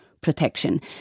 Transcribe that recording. protection